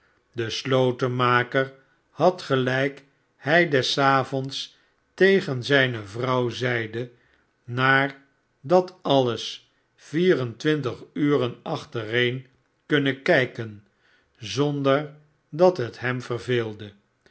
de slotenmaker had gelijk hij des avonds tegen zijne vrouw zeide naar dat alles vier entwintig uren achtereen kunnen kijken zonder dat het hem verveelde